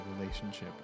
relationship